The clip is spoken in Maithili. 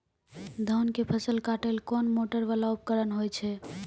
धान के फसल काटैले कोन मोटरवाला उपकरण होय छै?